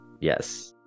Yes